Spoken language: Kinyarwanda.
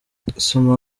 soma